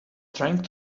trying